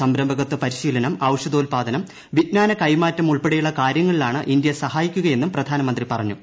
സംരംഭകത്വ പരിശീലനം ഔഷധോൽപാദനം വിജ്ഞാന കൈമാറ്റം ഉൾപ്പെടെയുള്ള കാര്യങ്ങളിലാണ് ഇന്ത്യ സഹായിക്കുകയെന്നും പ്രധാനമന്ത്രി പറഞ്ഞു